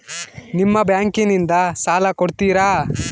ನಿಮ್ಮ ಬ್ಯಾಂಕಿನಿಂದ ಸಾಲ ಕೊಡ್ತೇರಾ?